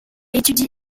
étudie